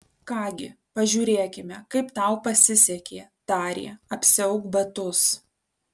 ką gi pažiūrėkime kaip tau pasisekė tarė apsiauk batus